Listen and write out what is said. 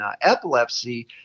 epilepsy